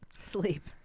Sleep